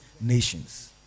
nations